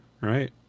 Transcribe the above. right